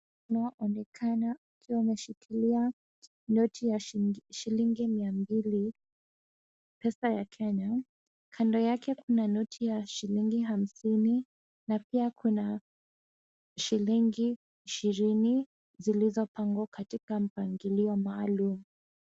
Anaonekana akiwa ameshikilia noti ya shilingi mia mbili pesa ya Kenya. Kando yake kuna noti ya shilingi hamsini na pia kuna shilingi ishirini zilizopangwa katika mpangilio maalum.